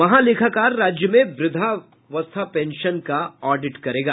महालेखाकार राज्य में वृद्धा पेंशन का ऑडिट करेगा